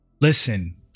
Listen